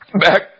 back